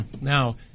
Now